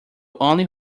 only